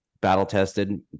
battle-tested